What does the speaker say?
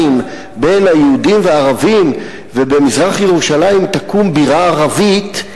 בין היהודים והערבים ובמזרח-ירושלים תקום בירה ערבית,